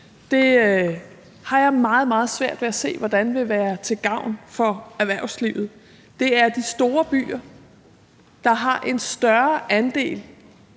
jeg meget, meget svært ved at se hvordanvil være til gavn for erhvervslivet. Det er de store byer, der har en større andel